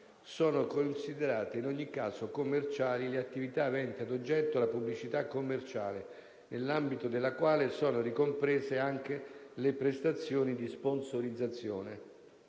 sono considerate in ogni caso commerciali le attività aventi ad oggetto la pubblicità commerciale, nell'ambito della quale sono ricomprese anche le prestazioni di sponsorizzazione.